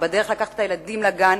בדרך לקחת את הילדים לגן,